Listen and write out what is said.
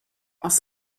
aus